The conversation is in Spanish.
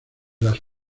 las